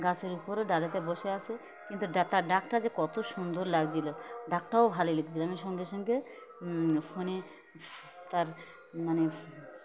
গাছের উপরে ডালেতে বসে আছে কিন্তু তার ডাকটা যে কত সুন্দর লাগছিল ডাকটাও ভালো লেগে ছিল আমি সঙ্গে সঙ্গে ফোনে তার মানে